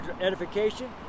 edification